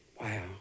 Wow